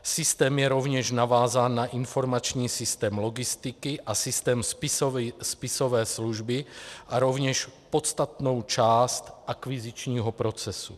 Systém je rovněž navázán na informační systém logistiky a systém spisové služby a je rovněž podstatnou částí akvizičního procesu.